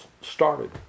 started